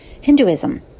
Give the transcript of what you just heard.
Hinduism